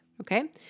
Okay